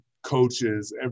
coaches